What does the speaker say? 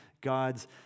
God's